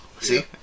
See